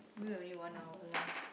anyway we only one hour lah